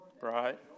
right